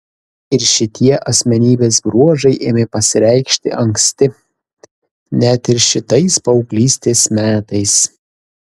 ir šitie asmenybės bruožai ėmė pasireikšti anksti net ir šitais paauglystės metais